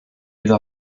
ido